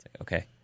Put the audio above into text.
Okay